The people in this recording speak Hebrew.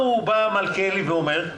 מלכיאלי אומר: